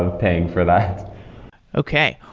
and paying for that okay.